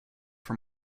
for